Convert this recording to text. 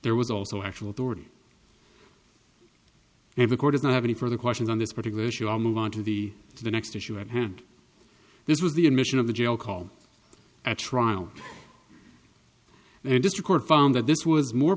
there was also actual toward a record of not have any further questions on this particular issue i'll move on to the to the next issue at hand this was the admission of the jail call at trial and just a court found that this was more